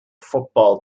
football